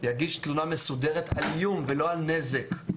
יגיש תלונה מסודרת על איום ולא על נזק,